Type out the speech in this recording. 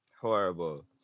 Horrible